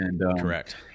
correct